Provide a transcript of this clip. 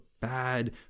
bad